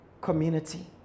community